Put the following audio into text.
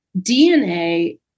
DNA